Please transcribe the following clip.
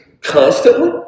constantly